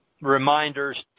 reminders